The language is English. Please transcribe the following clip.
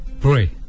pray